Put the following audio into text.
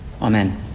Amen